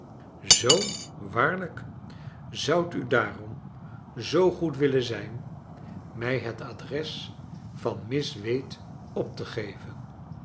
zoo waarlijk zoudt u daarom zoo goed willen zijn mij het adres van miss wade op te geven